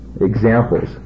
examples